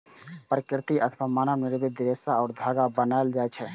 प्राकृतिक अथवा मानव निर्मित रेशा सं धागा बनायल जाए छै